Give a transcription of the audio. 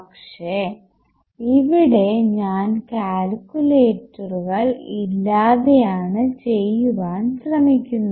പക്ഷേ ഇവിടെ ഞാൻ കാൽക്കുലേറ്ററുകൾ ഇല്ലാതെയാണ് ചെയ്യുവാൻ ശ്രമിക്കുന്നത്